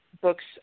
books